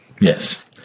Yes